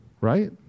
right